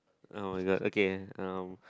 oh my god okay um